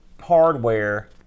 hardware